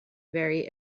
very